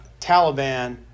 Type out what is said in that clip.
Taliban